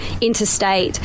interstate